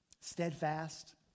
Steadfast